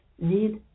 need